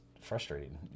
frustrating